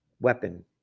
weapon